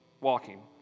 walking